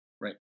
Right